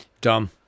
dumb